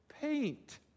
paint